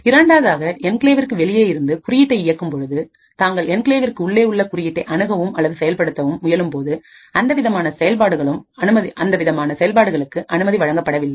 இரண்டாவதாக என்கிளேவிற்கு வெளியே இருந்து குறியீட்டை இயக்கும் பொழுது தாங்கள் என்கிளேவிற்கு உள்ளே உள்ள குறியீட்டை அணுகவும் அல்லது செயல்படுத்தவும் முயலும்போது அந்த விதமான செயல்பாடுகளுக்கு அனுமதி வழங்கப்படவில்லை